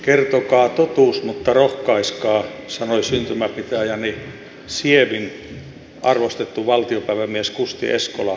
kertokaa totuus mutta rohkaiskaa sanoi syntymäpitäjäni sievin arvostettu valtiopäivämies kusti eskola kauan sitten